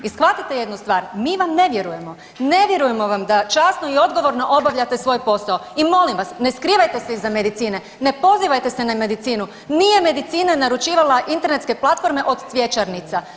I shvatite jednu stvar, mi vam ne vjerujemo, ne vjerujemo vam da časno i odgovorno obavljate svoj posao i molim vas ne skrivajte se iza medicine, ne pozivajte se na medicinu, nije medicina naručivala internetske platforme od cvjećarnica.